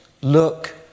look